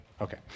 Okay